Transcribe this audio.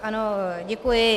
Ano, děkuji.